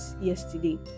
yesterday